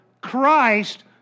Christ